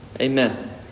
Amen